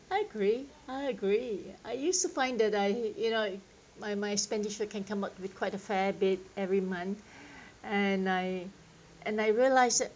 I agree I agree I used to find that I you know my my expenditure can come up with quite a fair bit every month and I and I realise that